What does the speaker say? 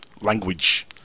language